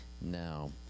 now